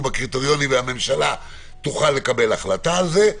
בקריטריונים והממשלה תוכל לקבל החלטה על זה,